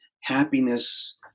happiness